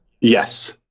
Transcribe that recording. Yes